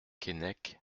keinec